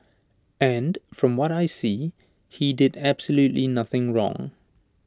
and from what I see he did absolutely nothing wrong